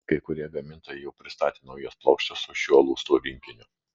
kai kurie gamintojai jau pristatė naujas plokštes su šiuo lustų rinkiniu